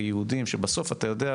כיהודים שבסוף אתה יודע,